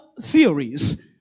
theories